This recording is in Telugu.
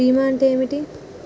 బీమా అంటే ఏమిటి?